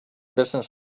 business